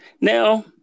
Now